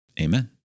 Amen